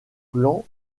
plan